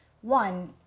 One